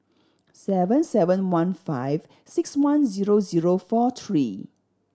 seven seven one five six one zero zero four three